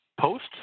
post